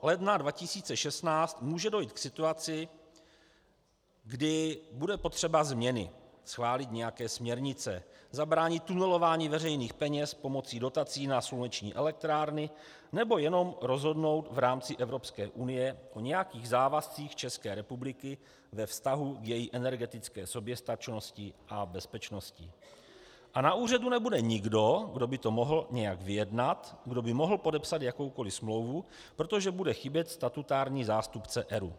1. ledna 2016 může dojít k situaci, kdy bude potřeba změny, schválit nějaké směrnice, zabránit tunelování veřejných peněz pomocí dotací na sluneční elektrárny nebo jenom rozhodnout v rámci Evropské unie o nějakých závazcích České republiky ve vztahu k její energetické soběstačnosti a bezpečnosti, a na úřadu nebude nikdo, kdo by to mohl nějak vyjednat, kdo by mohl podepsat jakoukoli smlouvu, protože bude chybět statutární zástupce ERÚ.